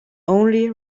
only